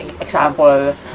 example